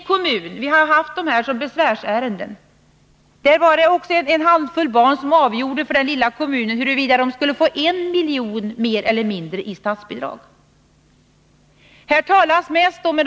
Ett annat besvärsärende som vi haft att handlägga gällde Vellinge, där en handfull barn i denna lilla kommun avgjorde huruvida man skulle få 1 miljon mer i statsbidrag eller inte.